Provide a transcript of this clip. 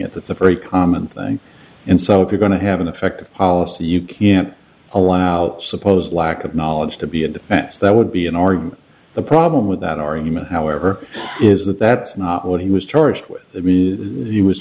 it that the very common thing and so if you're going to have an effect of policy you can't allow supposed lack of knowledge to be a defense that would be in order the problem with that are human however is that that's not what he was charged with that the